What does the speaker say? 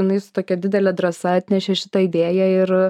jinai su tokia didele drąsa atnešė šitą idėją ir